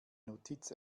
notiz